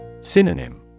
Synonym